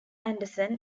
anderson